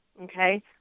okay